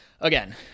again